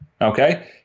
Okay